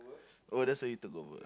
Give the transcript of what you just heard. oh that's where you took over